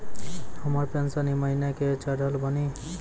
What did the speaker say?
हमर पेंशन ई महीने के चढ़लऽ बानी?